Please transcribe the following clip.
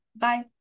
bye